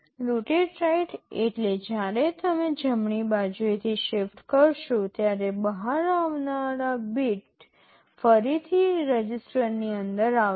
rotate right એટલે જ્યારે તમે જમણી બાજુએથી શિફ્ટ કરશો ત્યારે બહાર આવનાર બીટ ફરીથી રજિસ્ટરની અંદર આવશે